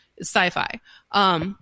Sci-fi